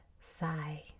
sigh